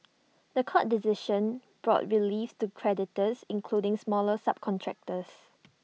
The Court decision brought relief to creditors including smaller subcontractors